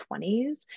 20s